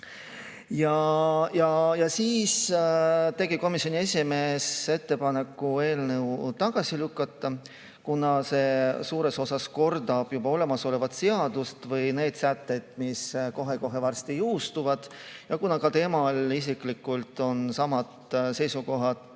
ei kordu. Komisjoni esimees tegi ka ettepaneku eelnõu tagasi lükata, kuna see suures osas kordab juba olemasolevat seadust või neid sätteid, mis kohe-kohe varsti jõustuvad, ja kuna ka temal isiklikult on samad seisukohad